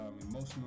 emotional